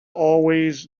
always